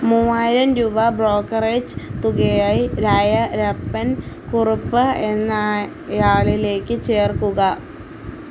മൂവായിരം രൂപ ബ്രോക്കറേജ് തുകയായി രായരപ്പൻ കുറുപ്പ് എന്ന ആളിലേക്ക് ചേർക്കുക